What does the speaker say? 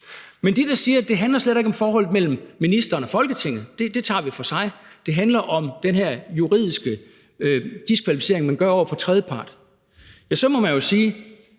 er dem, der siger, at det slet ikke handler om forholdet mellem ministeren og Folketinget – at det tager vi for sig – men at det handler om den juridiske diskvalificering, man gør, over for tredjepart, jamen så må man jo nævne